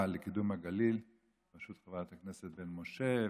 לקידום הגליל בראשות חברת הכנסת בן משה,